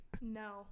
no